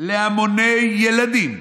להמוני ילדים,